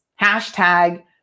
Hashtag